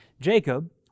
Jacob